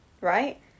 right